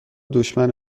دشمن